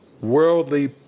worldly